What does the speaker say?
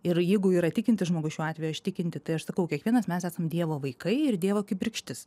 ir jeigu yra tikintis žmogus šiuo atveju aš tikinti tai aš sakau kiekvienas mes esam dievo vaikai ir dievo kibirkštis